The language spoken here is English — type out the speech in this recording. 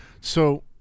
So-